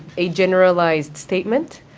a generalized statement.